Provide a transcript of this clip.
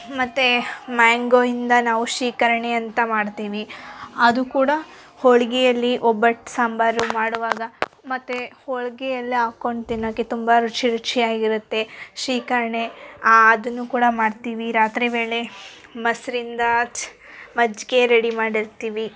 ಮತ್ತು ಮ್ಯಾಂಗೋಯಿಂದ ನಾವು ಶಿಕರಣೆ ಅಂತ ಮಾಡ್ತೀವಿ ಅದು ಕೂಡ ಹೋಳಿಗೆಯಲ್ಲಿ ಒಬ್ಬಟ್ಟು ಸಾಂಬಾರು ಮಾಡುವಾಗ ಮತ್ತು ಹೋಳ್ಗೆಯೆಲ್ಲ ಹಾಕೊಂಡ್ ತಿನ್ನೋಕ್ಕೆ ತುಂಬಾ ರುಚಿ ರುಚಿಯಾಗಿರುತ್ತೆ ಶಿಕರಣೆ ಅದನ್ನು ಕೂಡ ಮಾಡ್ತೀವಿ ರಾತ್ರಿ ವೇಳೆ ಮೊಸರಿಂದ ಅಚ್ ಮಜ್ಜಿಗೆ ರೆಡಿ ಮಾಡಿರ್ತೀವಿ